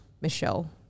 Michelle